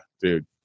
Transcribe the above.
dude